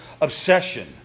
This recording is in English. obsession